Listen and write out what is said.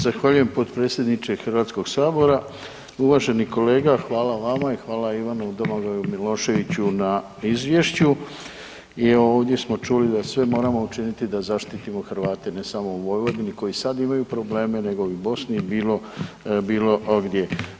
Zahvaljujem potpredsjedniče HS-a, uvaženi kolega, hvala vama i hvala Ivanu Domagoju Miloševiću na Izvješću i evo, ovdje smo čuli da sve moramo učiniti da zaštitimo Hrvate, ne samo u Vojvodini koji sad imaju probleme nego i u Bosni i bilo gdje.